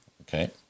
Okay